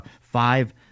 five